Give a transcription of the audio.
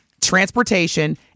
transportation